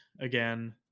again